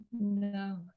no